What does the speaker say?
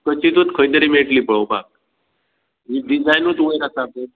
कचितूत खंय तरी मेळट्ली पोळोवपाक ही डिजायनूत वयर आसा पय